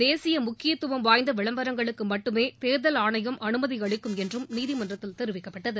தேசிய முக்கியத்துவம் வாய்ந்த விளம்பரங்களுக்கு மட்டும் தேர்தல் ஆணையம் அனுமதி அளிக்கும் என்றும் நீதிமன்றத்தில் தெரிவிக்கப்பட்டது